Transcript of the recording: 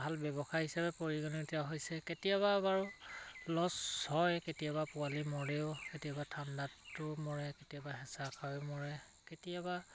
ভাল ব্যৱসায় হিচাপে পৰিগণিত হৈছে কেতিয়াবা বাৰু লছ হয় কেতিয়াবা পোৱালি মৰেও কেতিয়াবা ঠাণ্ডাটো মৰে কেতিয়াবা হেঁচা খাইও মৰে কেতিয়াবা